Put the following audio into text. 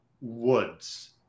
Woods